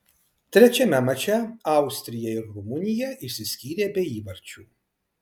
trečiame mače austrija ir rumunija išsiskyrė be įvarčių